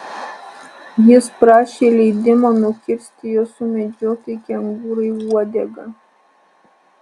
jis prašė leidimo nukirsti jo sumedžiotai kengūrai uodegą